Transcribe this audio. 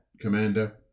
commander